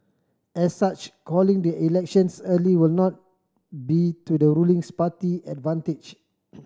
as such calling the elections early will not be to the rulings party advantage